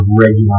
regular